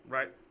Right